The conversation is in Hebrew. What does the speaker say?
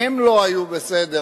הם לא היו בסדר,